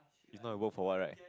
if not you work for what right